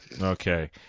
Okay